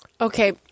Okay